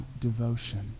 devotion